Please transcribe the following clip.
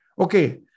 Okay